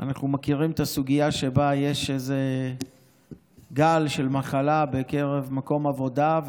אנחנו מכירים את הסוגיה שבה יש איזה גל של מחלה במקום עבודה.